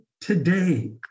today